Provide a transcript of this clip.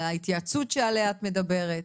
ההתייעצות שעליה את מדברת?